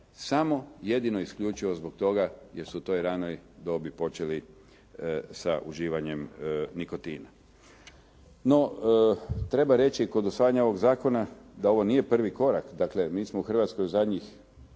samo jedino isključivo zbog toga jer su u toj ranoj dobi počeli sa uživanjem nikotina. No, treba reći kod usvajanja ovog zakona da ovo nije prvi korak. Dakle, mi smo u Hrvatskoj u zadnjih